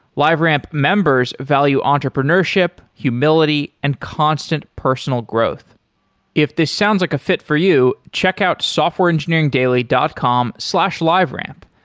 liveramp members value entrepreneurship, humility and constant personal growth if this sounds like a fit for you, check out softwareengineeringdaily dot com slash liveramp.